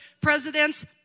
presidents